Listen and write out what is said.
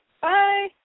Bye